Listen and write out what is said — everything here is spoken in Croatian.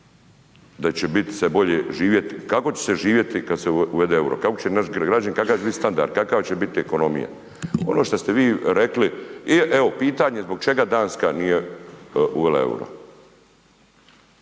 da će bit se bolje živjeti? Kako će se živjeti kad se uvede euro? Kako će naši građani, kakav će biti standard? Kakva će biti ekonomija? Ono šta ste vi rekli, evo pitanje, zbog pitanje. zbog čega Danska nije uvela euro?